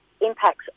impacts